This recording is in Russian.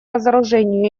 разоружению